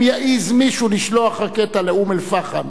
אם יעז מישהו לשלוח רקטה לאום-אל-פחם,